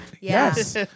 Yes